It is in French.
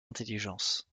intelligences